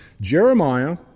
Jeremiah